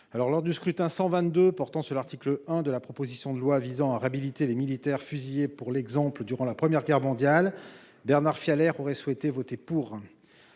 lors du scrutin 122 portant sur l'article 1 de la proposition de loi visant à réhabiliter les militaires fusillés pour l'exemple, durant la première guerre mondiale. Bernard Fiolet aurait souhaité voter pour.